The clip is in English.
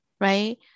right